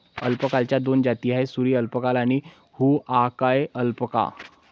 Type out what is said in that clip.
अल्पाकाच्या दोन जाती आहेत, सुरी अल्पाका आणि हुआकाया अल्पाका